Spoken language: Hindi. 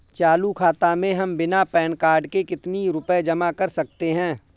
चालू खाता में हम बिना पैन कार्ड के कितनी रूपए जमा कर सकते हैं?